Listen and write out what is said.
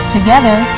Together